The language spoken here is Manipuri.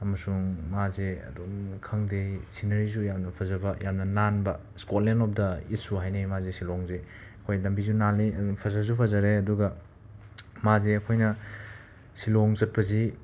ꯑꯃꯁꯨꯡ ꯃꯥꯁꯦ ꯑꯗꯨꯝ ꯈꯪꯗꯦ ꯁꯤꯅꯔꯤꯁꯨ ꯌꯥꯝꯅ ꯐꯖꯕ ꯌꯥꯝꯅ ꯅꯥꯟꯕ ꯏꯁꯀꯣꯠꯂꯦꯟ ꯑꯣꯞ ꯗ ꯏꯁꯁꯨ ꯍꯥꯏꯅꯩ ꯃꯥꯁꯦ ꯁꯤꯂꯣꯡꯁꯦ ꯑꯩꯈꯣꯏ ꯂꯝꯕꯤꯁꯨ ꯅꯥꯜꯂꯤ ꯑꯟ ꯐꯖꯁꯨ ꯐꯖꯔꯦ ꯑꯗꯨꯒ ꯃꯥꯁꯦ ꯑꯩꯈꯣꯏꯅ ꯁꯤꯂꯣꯡ ꯆꯠꯄꯁꯤ